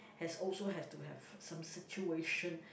as also have to have some situation